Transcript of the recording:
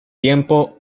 tiempo